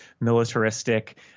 militaristic